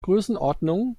größenordnung